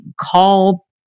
call